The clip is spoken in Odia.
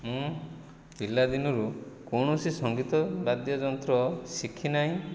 ମୁଁ ପିଲାଦିନରୁ କୌଣସି ସଙ୍ଗୀତ ବାଦ୍ୟଯନ୍ତ୍ର ଶିଖିନାହିଁ